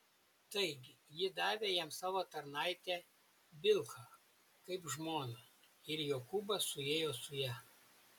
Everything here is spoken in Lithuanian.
taigi ji davė jam savo tarnaitę bilhą kaip žmoną ir jokūbas suėjo su ja